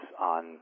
on